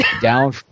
down